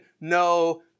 no